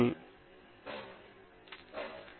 நீங்கள் வேண்டும் என்று நம்பிக்கை